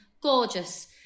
Gorgeous